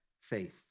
faith